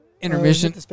Intermission